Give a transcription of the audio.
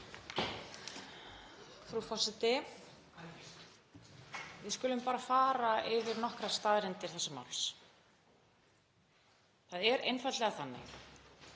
Frú forseti. Við skulum bara fara yfir nokkrar staðreyndir þessa máls. Það er einfaldlega þannig